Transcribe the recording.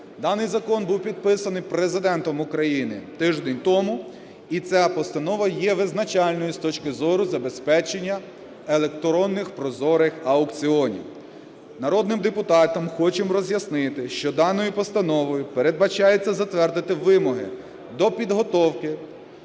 Даний закон був підписаний Президентом України тиждень тому, і ця постанова є визначальною з точки зору забезпечення електронних прозорих аукціонів. Народним депутатам хочемо роз'яснити, що даною постановою передбачається затвердити вимоги до підготовки